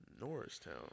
Norristown